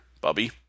Bubby